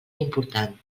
important